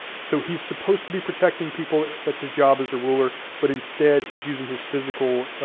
so he's supposed to be protecting people, that's his job as a ruler, but instead, he's using his physical